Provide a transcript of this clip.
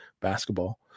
basketball